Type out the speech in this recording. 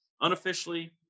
unofficially